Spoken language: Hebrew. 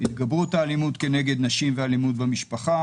התגברות האלימות כנגד נשים ואלימות במשפחה,